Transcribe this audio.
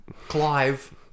clive